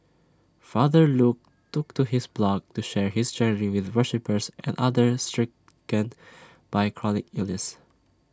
father Luke took to his blog to share his journey with worshippers and others stricken by chronic illnesses